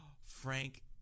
Frank